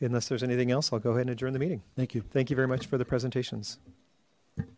unless there's anything else i'll go ahead and adjourn the meeting thank you thank you very much for the presentations music